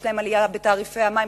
יש להן עלייה בתעריפי המים,